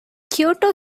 kyoto